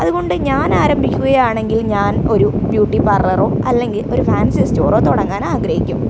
അതുകൊണ്ട് ഞാനാരംഭിക്കുകയാണെങ്കിൽ ഞാൻ ഒരു ബ്യൂട്ടീപാർളറൊ അല്ലങ്കിൽ ഒരു ഫാൻസീ സ്റ്റോറോ തുടങ്ങാനാഗ്രഹിക്കും